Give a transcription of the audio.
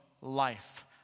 life